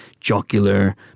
jocular